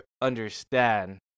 understand